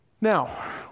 Now